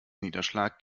niederschlag